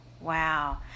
Wow